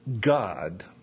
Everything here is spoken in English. God